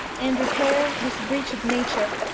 and repair this breach of nature.